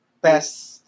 best